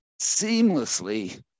seamlessly